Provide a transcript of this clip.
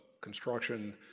construction